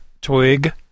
Twig